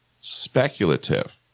speculative